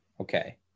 okay